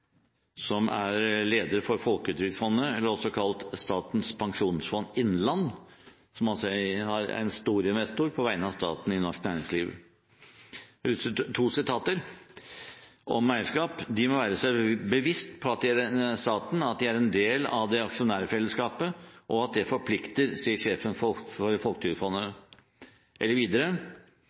som er leder for Folketrygdfondet, også kalt Statens pensjonsfond Norge, som på vegne av staten er en stor investor i norsk næringsliv. Her er to sitater om eierskap: «De» – staten altså – «må være seg bevisst at de er en del av et aksjonærfellesskap, og at det forplikter», sier sjefen for Folketrygdfondet. Og videre: